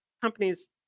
companies